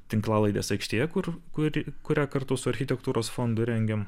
tinklalaidės aikštėje kur kuri kuria kartu su architektūros fondu rengiam